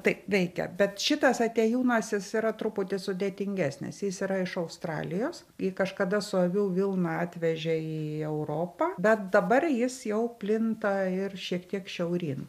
taip veikia bet šitas atėjūnas jis yra truputį sudėtingesnis jis yra iš australijos jį kažkada su avių vilna atvežė į europą bet dabar jis jau plinta ir šiek tiek šiauryn